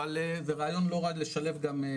אבל זה רעיון לא רע לשלב גם.